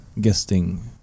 guesting